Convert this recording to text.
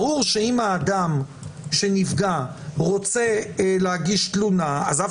ברור שאם האדם שנפגע רוצה להגיש תלונה אז אף